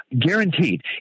Guaranteed